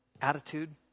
attitude